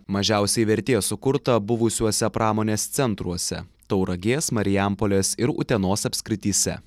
mažiausiai vertės sukurta buvusiuose pramonės centruose tauragės marijampolės ir utenos apskrityse